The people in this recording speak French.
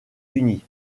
unis